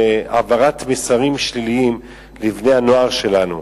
ולהעביר מסרים שליליים לבני-הנוער שלנו.